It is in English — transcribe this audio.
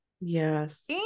Yes